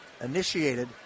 initiated